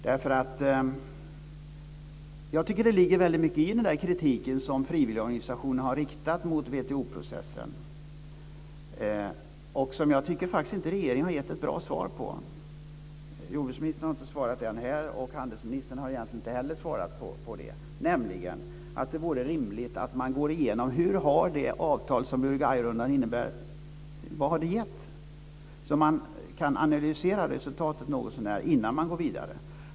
Jag tycker att det ligger väldigt mycket i den kritik som frivilligorganisationerna har riktat mot WTO-processen och som jag faktiskt tycker att regeringen inte har gett ett bra svar på. Jordbruksministern har ännu inte svarat, och egentligen inte heller handelsministern, på frågan om det inte vore rimligt att gå igenom vad det avtal som Uruguay-rundan innebar har gett så att man kan analysera resultatet någotsånär innan man går vidare.